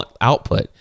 output